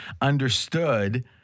understood